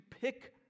pick